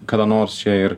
kada nors čia ir